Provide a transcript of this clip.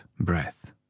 breath